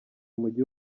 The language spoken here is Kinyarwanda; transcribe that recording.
umujyi